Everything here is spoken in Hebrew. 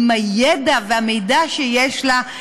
עם הידע והמידע שיש לה,